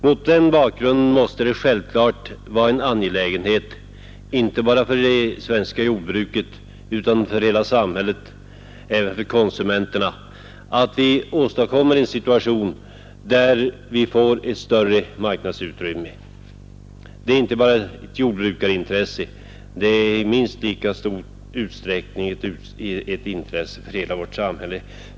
Mot den bakgrunden måste det självklart vara en angelägenhet inte bara för det svenska jordbruket utan för hela samhället, konsumenterna inräknade, att vi åstadkommer en situation där vi får ett större marknadsutrymme. Detta är inte bara ett jordbrukarintresse. I minst lika stor utsträckning är det ett intresse för hela vårt samhälle.